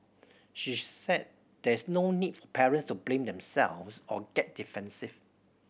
she said there is no need for parents to blame themselves or get defensive